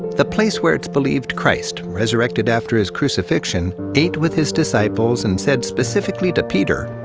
the place where it's believed christ, resurrected after his crucifixion, ate with his disciples and said specifically to peter,